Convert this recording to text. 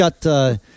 got